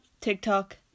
TikTok